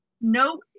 no